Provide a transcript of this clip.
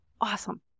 awesome